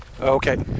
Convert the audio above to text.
Okay